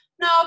no